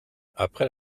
après